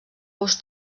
ous